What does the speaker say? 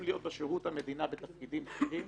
להיות בשירות המדינה בתפקידים בכירים